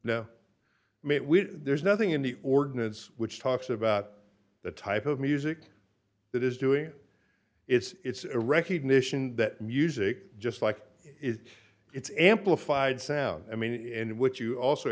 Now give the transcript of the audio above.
made there's nothing in the ordinance which talks about the type of music that is doing it's a recognition that music just like it it's amplified sound i mean and what you also